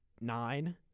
Nine